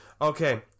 Okay